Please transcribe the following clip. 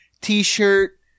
t-shirt